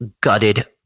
gutted